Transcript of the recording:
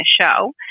show